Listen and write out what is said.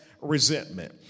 resentment